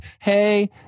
hey